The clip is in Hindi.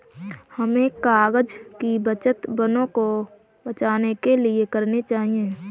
हमें कागज़ की बचत वनों को बचाने के लिए करनी चाहिए